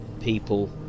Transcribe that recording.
people